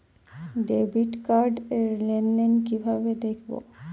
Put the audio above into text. Debit card র লেনদেন কিভাবে দেখবো?